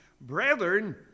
brethren